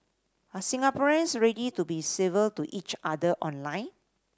are Singaporeans ready to be civil to each other online